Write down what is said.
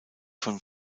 von